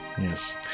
Yes